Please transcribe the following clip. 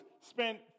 spent